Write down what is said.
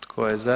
Tko je za?